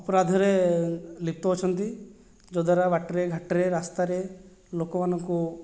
ଅପରାଧରେ ଲିପ୍ତ ଅଛନ୍ତି ଯଦ୍ୱାରା ବାଟରେ ଘାଟରେ ରାସ୍ତାରେ ଲୋକମାନଙ୍କୁ